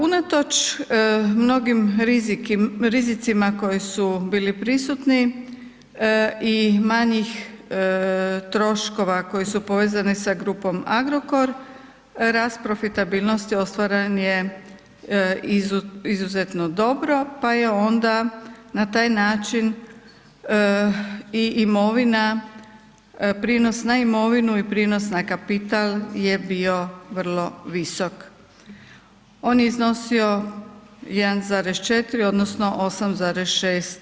Unatoč mnogim rizicima koji su bili prisutni i manjih troškova koji su povezani sa grupom Agrokor, rast profitabilnosti ostvaren je izuzetno dobro pa je onda na taj način i imovina prinos na imovinu i prinos na kapital je bio vrlo visok, on je iznosio 1,4 odnosno 8,6%